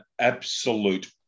absolute